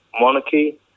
Monarchy